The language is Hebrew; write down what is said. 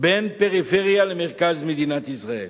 בין הפריפריה למרכז מדינת ישראל.